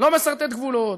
לא מסרטט גבולות,